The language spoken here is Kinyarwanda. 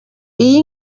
iyi